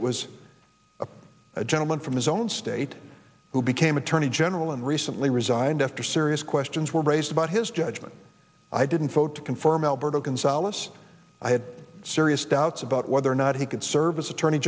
it was a gentleman from his own state who became attorney general and recently resigned after serious questions were raised about his judgment i didn't vote to confirm alberto gonzales i had serious doubts about whether or not he could serve as attorney